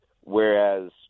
whereas